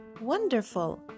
Wonderful